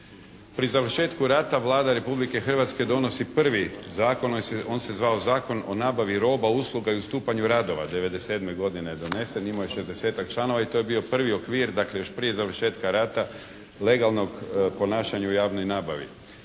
Pri završetku rata Vlada Republike Hrvatske donosi prvi zakon. On se je zvao Zakon o nabavi roba, usluga i ustupanju radova, '97. godine je donesen. Imao je 40-ak članova i to je bio prvi okvir, dakle još prije završetka rata legalnog ponašanja u javnoj nabavi.